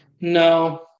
No